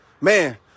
man